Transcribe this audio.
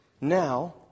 Now